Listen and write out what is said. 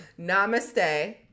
Namaste